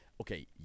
okay